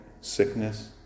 sickness